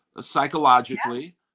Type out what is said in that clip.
psychologically